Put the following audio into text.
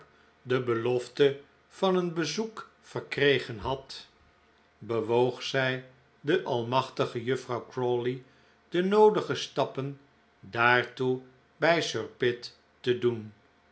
de belofte van een bezoek verkregen had bewoog zij de almachtige juffrouw crawley de noodige stappen daartoe bij sir pitt te doen